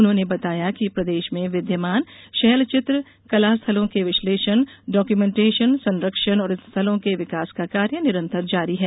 उन्होंने बताया कि प्रदेश में विद्यमान शैलचित्र कला स्थलों के विश्लेषण डाक्यूमेंटेशन संरक्षण और इन स्थलों के विकास का कार्य निरंतर जारी है